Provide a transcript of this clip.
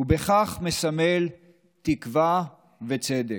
ובכך מסמל תקווה וצדק.